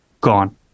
gone